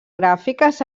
gràfiques